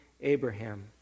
abraham